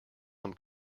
some